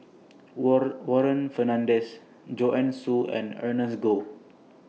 Warren Warren Fernandez Joanne Soo and Ernest Goh